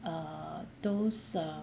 err those err